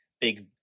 big